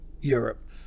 europe